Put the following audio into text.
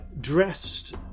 dressed